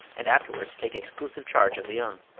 and afterwards take exclusive charge of the young.